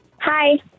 Hi